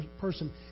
person